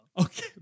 okay